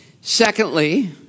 Secondly